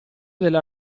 della